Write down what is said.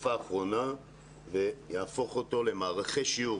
בתקופה האחרונה ויהפוך אותו למערכי שיעור